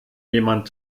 jemand